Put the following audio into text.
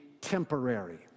temporary